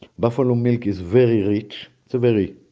buffalo milk is very rich. it's a very